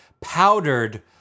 powdered